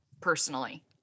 personally